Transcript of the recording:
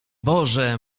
boże